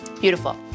Beautiful